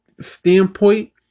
standpoint